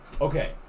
Okay